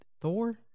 Thor